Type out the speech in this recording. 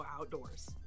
outdoors